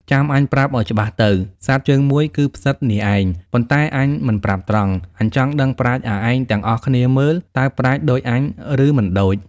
ចាំអញប្រាប់ឲ្យច្បាស់ទៅ សត្វជើងមួយគឺផ្សិតនេះឯង ប៉ុន្តែអញមិនប្រាប់ត្រង់ អញចង់ដឹងប្រាជ្ញអាឯងទាំងអស់គ្នាមើល៍ តើប្រាជ្ញដូចអញ ឬមិនដូច!"។